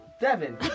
Devin